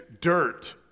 dirt